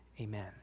amen